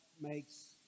makes